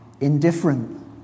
indifferent